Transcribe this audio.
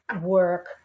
work